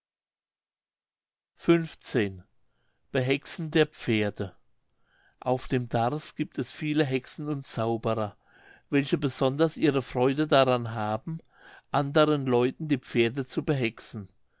auf dem darß giebt es viele hexen und zauberer welche besonders ihre freude daran haben anderen leuten die pferde zu behexen